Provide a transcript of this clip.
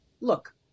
look